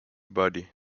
body